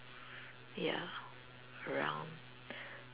yeah around